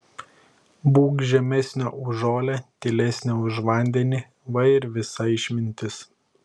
būk žemesnė už žolę tylesnė už vandenį va ir visa išmintis